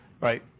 right